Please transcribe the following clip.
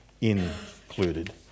included